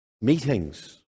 meetings